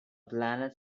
planet